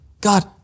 God